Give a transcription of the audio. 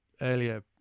earlier